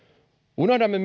unohdamme